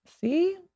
See